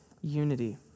unity